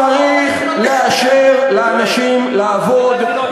צריך לאשר לאנשים לעבוד,